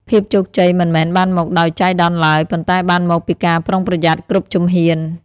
ភាពជោគជ័យមិនមែនបានមកដោយចៃដន្យឡើយ ប៉ុន្តែបានមកពីការប្រុងប្រយ័ត្នគ្រប់ជំហាន។